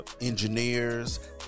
Engineers